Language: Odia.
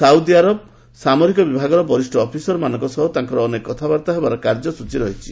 ସାଉଦି ଆରବ ସାମରିକ ବିଭାଗର ବରିଷ୍ଣ ଅଫିସରମାନଙ୍କ ସହ ତାଙ୍କର ଅନେକ କଥାବାର୍ତ୍ତା ହେବାର କାର୍ଯ୍ୟସୂଚୀ ରହିଛି